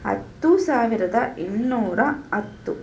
ಹತ್ತು ಸಾವಿರದ ಇನ್ನೂರ ಹತ್ತು